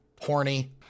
horny